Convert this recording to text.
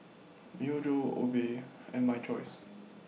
Myojo Obey and My Choice